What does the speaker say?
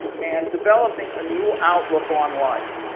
and developing a new outlook on life.